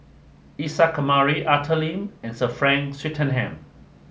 Isa Kamari Arthur Lim and Sir Frank Swettenham